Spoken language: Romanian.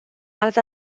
alt